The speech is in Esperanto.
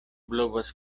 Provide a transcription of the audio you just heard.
blovas